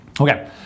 Okay